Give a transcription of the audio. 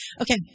Okay